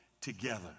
together